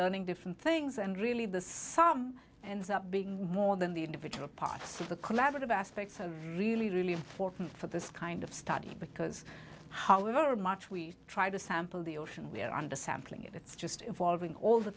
learning different things and really the sum and that being more than the individual parts of the collaborative aspects are really really important for this kind of study because however much we try to sample the ocean we are undersampling it it's just evolving all the